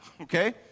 Okay